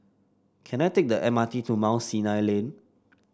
can I take the M R T to Mount Sinai Lane